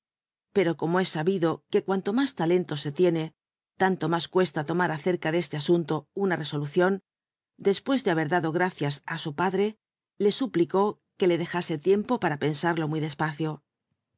pero como es sabido c ue cuanto más talento se tiene tan lo más cuesta lomar acerca de este asunto una resolucion despues de haber dado gracias ú su padre le suplicó que le dejase tiempo para pensarlo muy despacio